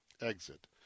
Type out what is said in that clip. exit